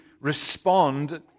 respond